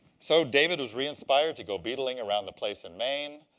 so david was reinspired to go beetling around the place in maine,